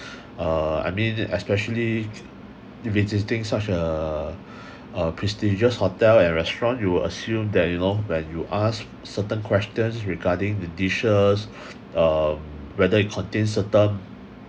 uh I mean especially visiting such a uh prestigious hotel and restaurant you will assume that you know when you ask certain questions regarding the dishes um whether it contain certain